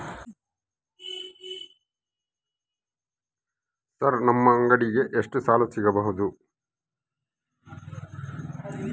Sir ನಮ್ಮ ಅಂಗಡಿಗೆ ಎಷ್ಟು ಸಾಲ ಸಿಗಬಹುದು?